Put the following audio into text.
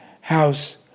house